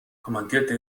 kommandierte